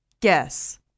Guess